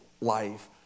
life